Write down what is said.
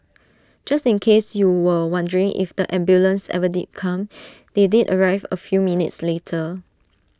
just in case you were wondering if the ambulance ever did come they did arrive A few minutes later